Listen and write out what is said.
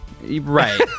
right